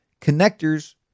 connectors